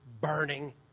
burning